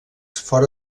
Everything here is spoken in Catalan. fora